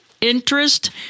interest